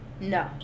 No